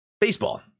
Baseball